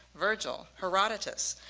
virgil, herodotus,